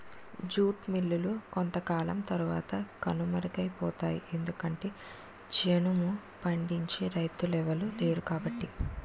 jute మిల్లులు కొంతకాలం తరవాత కనుమరుగైపోతాయి ఎందుకంటె జనుము పండించే రైతులెవలు లేరుకాబట్టి